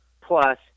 plus